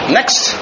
Next